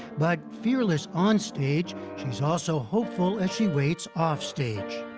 but fearless on stage, she's also hopeful as she waits offstage.